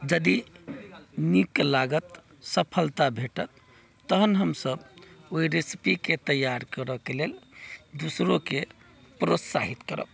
यदि नीक लागत सफलता भेटत तखन हमसभ ओहि रेसिपीके तैयार करयके लेल दोसरोकेँ प्रोत्साहित करब